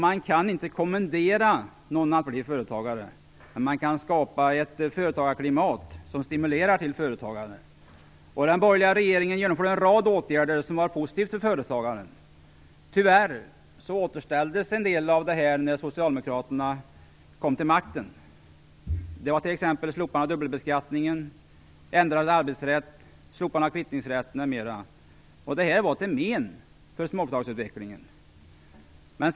Man kan inte kommendera någon att bli företagare, men man kan skapa ett företagarklimat som stimulerar till företagande. Den borgerliga regeringen genomförde en rad åtgärder som var positiva för företagare. Tyvärr återställdes en del av dem när Socialdemokraterna kom till makten, t.ex. slopandet av dubbelbeskattningen, den ändrade arbetsrätten, slopandet av kvittningsrätten m.m. Detta var till men för småföretagsutvecklingen.